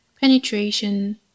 penetration